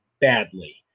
badly